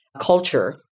culture